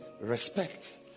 respect